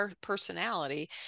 personality